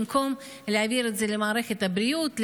במקום להעביר את זה למערכת הבריאות,